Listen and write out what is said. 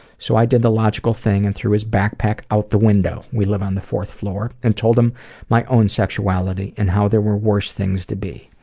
so i did the logical thing and threw his backpack out the window we live on the fourth floor and told him my own sexuality, and how there were worse things to be.